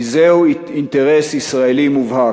כי זהו אינטרס ישראלי מובהק.